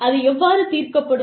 அது எவ்வாறு தீர்க்கப்படும்